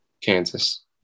kansas